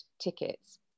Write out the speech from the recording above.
tickets